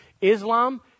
Islam